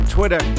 Twitter